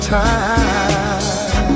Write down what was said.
time